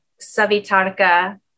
Savitarka